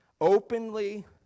openly